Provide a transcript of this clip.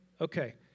Okay